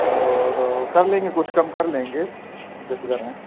اور کر لیں گے کچھ کم کر لیں گے بےفکر رہیں